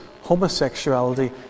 homosexuality